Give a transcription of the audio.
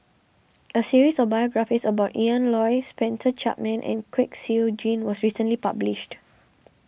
a series of biographies about Ian Loy Spencer Chapman and Kwek Siew Jin was recently published